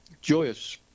joyous